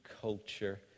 culture